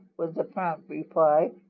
was the prompt reply.